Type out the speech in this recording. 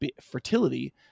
fertility